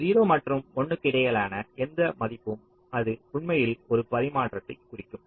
0 மற்றும் 1 க்கு இடையிலான எந்த மதிப்பும் அது உண்மையில் ஒரு பரிமாற்றத்தைக் குறிக்கும்